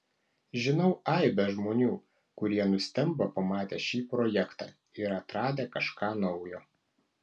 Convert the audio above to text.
žinau aibę žmonių kurie nustemba pamatę šį projektą ir atradę kažką naujo